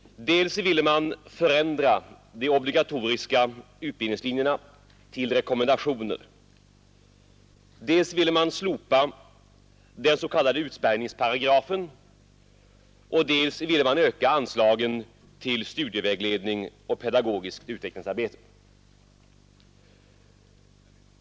Dels ville man förändra de obligatoriska utbildningslinjerna till rekommendationer, dels ville man slopa den s.k. utspärrningsparagrafen, dels ville man öka anslagen till studievägledning och pedagogiskt utvecklingsarbete.